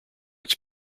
its